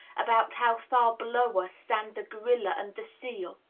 about how far below us stand the gorilla and the seal.